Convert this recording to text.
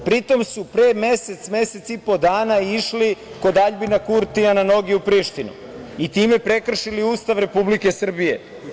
Pri tome su pre mesec, mesec i po dana išli kod Aljbina Kurtija na noge u Prištinu i time prekršili Ustav Republike Srbije.